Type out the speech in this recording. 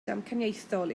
damcaniaethol